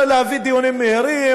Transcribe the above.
להביא דיונים מהירים,